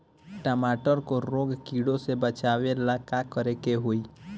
टमाटर को रोग कीटो से बचावेला का करेके होई?